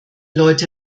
leute